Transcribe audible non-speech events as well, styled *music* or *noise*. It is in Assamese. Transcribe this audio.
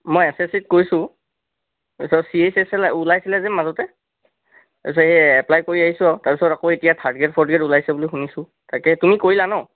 মই এছ এছ চিত কৰিছোঁ *unintelligible* ওলাইছিলে যে মাজতে তাৰপিছতে এপ্লাই কৰি আহিছোঁ আৰু তাৰপিছত আকৌ এতিয়া থাৰ্ড গ্ৰেইড ফ'ৰ্থ গ্ৰেইড ওলাইছে বুলি শুনিছোঁ তাকেই তুমি কৰিলা ন